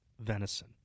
venison